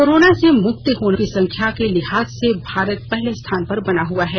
corona से मुक्त होने वालों की संख्या के लिहाज से भारत पहले स्थान पर बना हुआ है